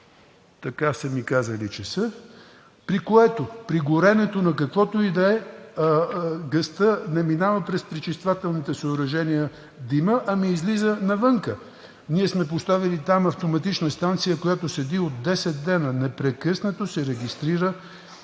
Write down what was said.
така са ми казали, че са, така че при горенето на каквото и да е димът не минава през пречиствателните съоръжения, ами излиза навън. Ние сме поставили там автоматична станция, която седи от десет дни. Непрекъснато се регистрира